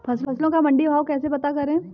फसलों का मंडी भाव कैसे पता करें?